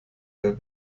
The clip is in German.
der